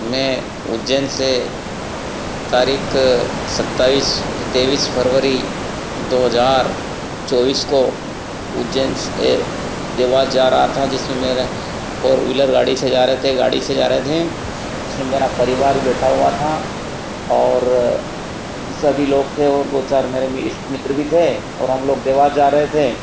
मैं उज्जैन से तारीख सत्ताइस तेईस फरवरी दो हज़ार चौबीस को उज्जैन से देवास जा रहा था जिसमें मेरा फोर वीलर गाड़ी से जा रहे थे गाड़ी से जा रहे थे उसमें मेरा परिवार बैठा हुआ था और सभी लोग थे ओर दो चार मेरे इष्ट मित्र भी थे और हम लोग देवास जा रहे थे